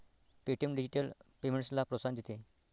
Paytm digital पेमेंट्सला प्रोत्साहन देते